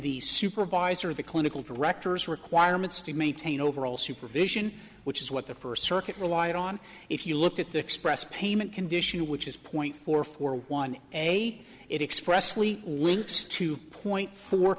the supervisor of the clinical director's requirements to maintain overall supervision which is what the first circuit relied on if you looked at the express payment condition which is point four four one eight it expressly links to point four